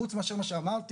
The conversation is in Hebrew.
חוץ מאשר מה שאמרתי,